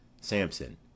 Samson